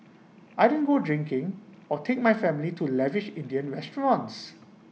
I didn't go drinking or take my family to lavish Indian restaurants